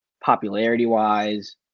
popularity-wise